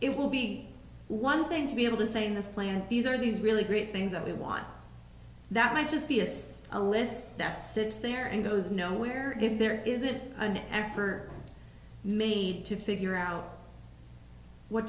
it will be one thing to be able to say in this land these are these really great things that we want that might just be assist a list that sits there and goes nowhere if there isn't an effort made to figure out what